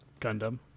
Gundam